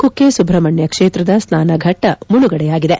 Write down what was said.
ಕುಕ್ಕೆ ಸುಬ್ರಹ್ಮಣ್ಯ ಕ್ಷೇತ್ರದ ಸ್ನಾನಘಟ್ಟ ಮುಳುಗಡೆಯಾಗಿದೆ